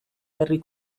herri